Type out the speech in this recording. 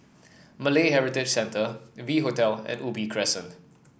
Malay Heritage Centre V Hotel and Ubi Crescent